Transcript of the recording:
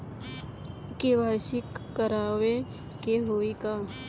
KYC करावे के होई का?